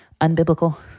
unbiblical